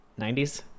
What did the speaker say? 90s